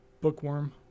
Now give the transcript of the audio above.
bookworm